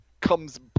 comes